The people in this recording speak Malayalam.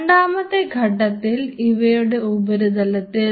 രണ്ടാമത്തെ ഘട്ടത്തിൽ ഇവയുടെ ഉപരിതലത്തിൽ